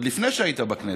עוד לפני שהיית בכנסת,